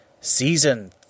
Season